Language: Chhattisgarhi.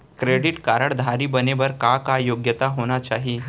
क्रेडिट कारड धारी बने बर का का योग्यता होना चाही?